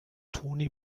tony